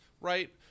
right